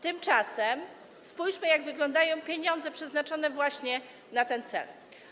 Tymczasem spójrzmy, jak wyglądają pieniądze przeznaczone właśnie na ten cel.